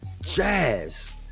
Jazz